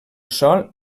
sòl